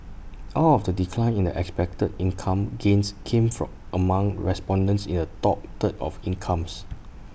all of the decline in expected income gains came from among respondents in the top third of incomes